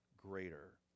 greater